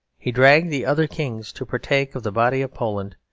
he dragged the other kings to partake of the body of poland,